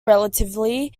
relativity